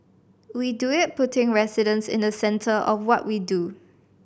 we do it putting residents in the centre of what we do